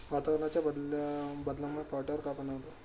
वातावरणाच्या बदलामुळे पावट्यावर काय परिणाम होतो?